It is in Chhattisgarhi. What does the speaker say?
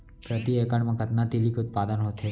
प्रति एकड़ मा कतना तिलि के उत्पादन होथे?